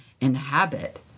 inhabit